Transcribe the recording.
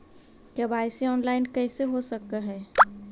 KYC online कैसे हो सक है?